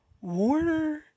Warner